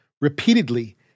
repeatedly